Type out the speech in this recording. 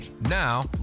now